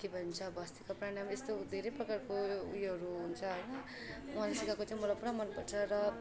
के भन्छ वास्त्रिका प्रणाम यस्तो धेरै प्रकारको ऊ योहरू हुन्छ होइन उहाँले सिकाएको चाहिँ मलाई पुरा मनपर्छ र